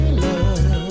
love